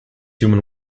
human